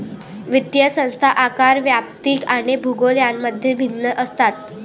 वित्तीय संस्था आकार, व्याप्ती आणि भूगोल यांमध्ये भिन्न असतात